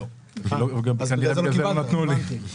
לא, כנראה בגלל זה לא נתנו לי.